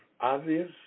obvious